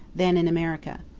than in america.